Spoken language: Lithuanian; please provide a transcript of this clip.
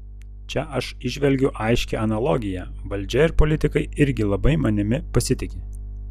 čia aš įžvelgiu aiškią analogiją valdžia ir politikai irgi labai manimi pasitiki